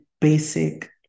basic